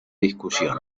discusión